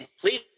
please